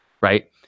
right